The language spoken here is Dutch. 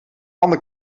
ander